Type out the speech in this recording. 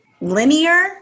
Linear